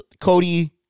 Cody